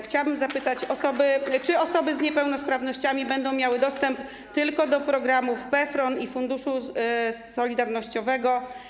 Chciałbym zapytać, czy osoby z niepełnosprawnościami będą miały dostęp tylko do programów PFRON i Funduszu Solidarnościowego.